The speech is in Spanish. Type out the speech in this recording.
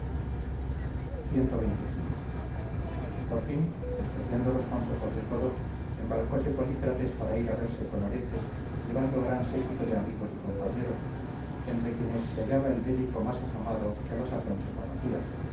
bueno cxxv por fin despreciando los consejos de todos embarcóse polícrates para ir a verse con oretes llevando gran séquito de amigos y compañeros entre quienes se hallaba el médico más afamado que a la sazón se conocía